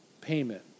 payment